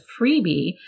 freebie